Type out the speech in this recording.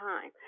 time